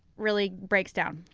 really breaks down.